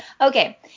okay